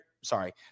sorry